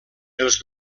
els